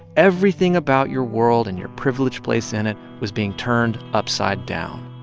everything about your world and your privileged place in it was being turned upside down